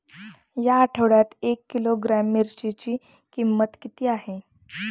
या आठवड्यात एक किलोग्रॅम मिरचीची किंमत किती आहे?